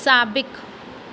साबिक़